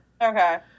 Okay